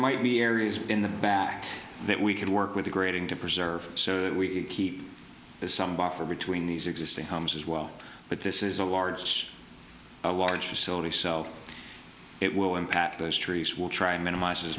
might be areas in the back that we can work with the grading to preserve so that we keep it somewhat for between these existing homes as well but this is a large a large facility self it will impact those trees will try and minimise as